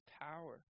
power